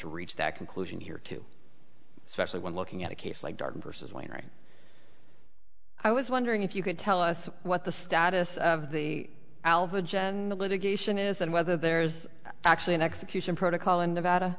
to reach that conclusion here too specially when looking at a case like darden versus wainwright i was wondering if you could tell us what the status of the alva genda litigation is and whether there is actually an execution protocol in nevada